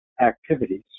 activities